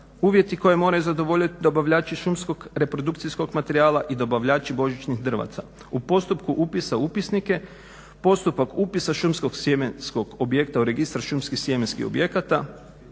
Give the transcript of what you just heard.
uvjeti koje moraju zadovoljiti dobavljači šumskog reprodukcijskog materijala i dobavljači božićnih drvaca. U postupku upisa u upisnike postupak upisa šumskog sjemenskog objekta u registar šumski sjemenskih objekata